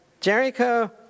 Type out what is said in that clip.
Jericho